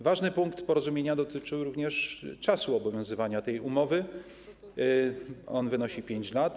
Ważny punkt porozumienia dotyczy również czasu obowiązywania tej umowy, który wynosi 5 lat.